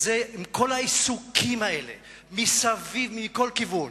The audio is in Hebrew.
עם כל העיסוקים האלה מסביב, מכל כיוון.